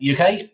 UK